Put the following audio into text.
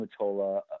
Mutola